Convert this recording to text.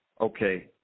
Okay